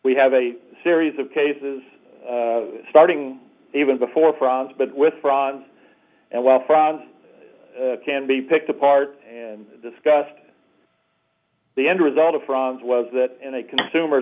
we have a series of cases starting even before frons but with ron and well can be picked apart and discussed the end result of frons was that in a consumer